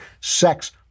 Sex